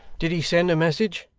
did he send the message